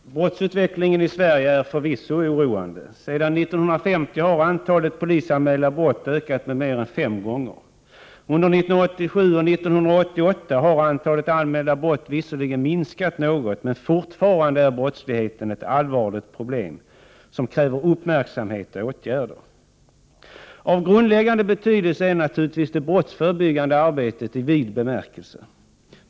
Herr talman! Brottsutvecklingen i Sverige är förvisso oroande. Sedan 1950 har antalet polisanmälda brott ökat mer än femfaldigt. Under 1987 och 1988 har antalet anmälda brott visserligen minskat något, men fortfarande är brottsligheten ett allvarligt problem som kräver uppmärksamhet och åtgärder. Av grundläggande betydelse är naturligtvis det brottsförebyggande arbetet i vid bemärkelse.